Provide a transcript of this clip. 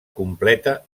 completa